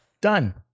Done